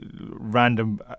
random